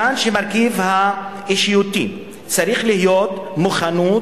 מכאן שהמרכיב האישיותי צריך להיות מוכנות